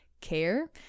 care